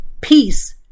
peace